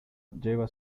lleva